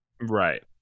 Right